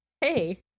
Hey